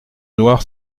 noir